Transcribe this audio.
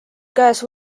käes